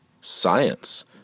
science